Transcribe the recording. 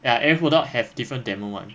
ya every product have different demo [one]